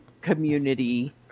community